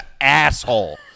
asshole